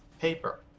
paper